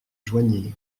joignirent